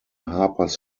harpers